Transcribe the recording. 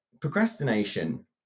procrastination